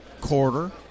quarter